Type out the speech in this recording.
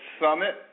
summit